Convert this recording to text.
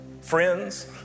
friends